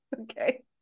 Okay